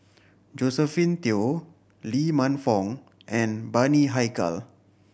Josephine Teo Lee Man Fong and Bani Haykal